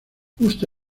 justo